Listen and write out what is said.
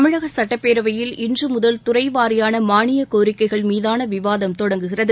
தமிழக சட்டப்பேரவையில் இன்று முதல் துறை வாரியான மானிய கோரிக்கைகள் மீதான விவாதம் தொடங்குகிறது